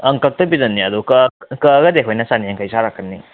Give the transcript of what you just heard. ꯑꯪ ꯀꯛꯇꯕꯤꯗꯅꯦ ꯑꯗꯨꯒ ꯀꯛꯑꯒꯗꯤ ꯑꯩꯈꯣꯏꯅ ꯆꯥꯅꯤ ꯌꯥꯡꯈꯩ ꯁꯥꯔꯛꯀꯅꯤ